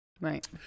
Right